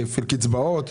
כפל הקצבאות.